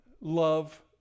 love